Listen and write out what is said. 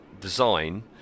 design